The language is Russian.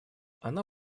оно